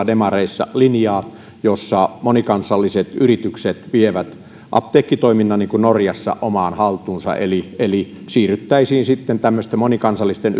demareissa linjaa että monikansalliset yritykset vievät apteekkitoiminnan omaan haltuunsa niin kuin norjassa eli eli siirryttäisiin sitten tämmöisten monikansallisten